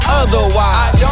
otherwise